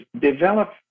develop